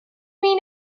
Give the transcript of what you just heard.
mean